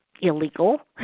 illegal